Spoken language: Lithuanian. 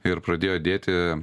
ir pradėjo dėti